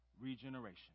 regeneration